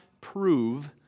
prove